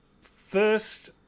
first